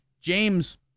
James